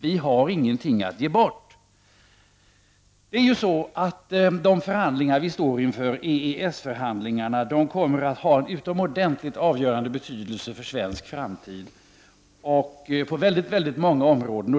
Vi har ingenting att ge bort.” De förhandlingar vi står inför, EES-förhandlingarna, kommer att ha en utomordentligt avgörande betydelse för svensk framtid på väldigt många områden.